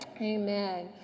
Amen